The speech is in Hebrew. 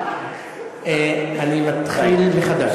אני מתחיל מחדש.